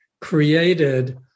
created